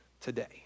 today